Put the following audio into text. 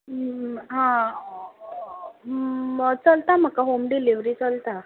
हां चलता म्हाका होम डिलिव्हरी चलता